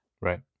right